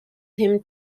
him